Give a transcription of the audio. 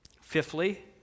Fifthly